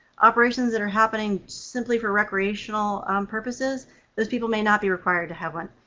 operations that are happening simply for recreational purposes those people may not be required to have one.